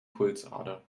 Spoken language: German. pulsader